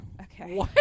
Okay